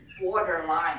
borderline